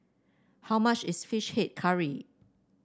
how much is fish head curry